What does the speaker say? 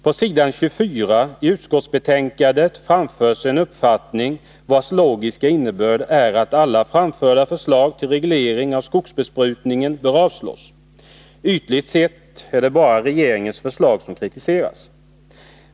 På s. 24 i utskottsbetänkandet framförs i reservation 2 en uppfattning vars logiska innebörd är att alla framförda förslag till reglering av skogsbesprutningen bör avslås. Ytligt sett är det bara regeringens förslag som kritiseras.